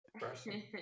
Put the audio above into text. person